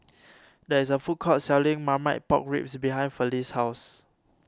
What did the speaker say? there is a food court selling Marmite Pork Ribs behind Felice's house